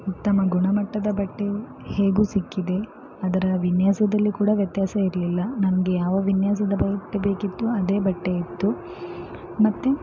ಉತ್ತಮ ಗುಣಮಟ್ಟದ ಬಟ್ಟೆಯು ಹೇಗೂ ಸಿಕ್ಕಿದೆ ಅದರ ವಿನ್ಯಾಸದಲ್ಲಿ ಕೂಡ ವ್ಯತ್ಯಾಸ ಇರಲಿಲ್ಲ ನನಗೆ ಯಾವ ವಿನ್ಯಾಸದ ಬಟ್ಟೆ ಬೇಕಿತ್ತೋ ಅದೇ ಬಟ್ಟೆ ಇತ್ತು ಮತ್ತು